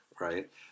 right